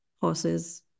horses